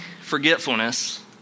forgetfulness